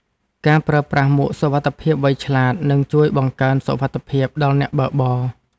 ការប្រើប្រាស់មួកសុវត្ថិភាពវៃឆ្លាត នឹងជួយបង្កើនសុវត្ថិភាពដល់អ្នកបើកបរ។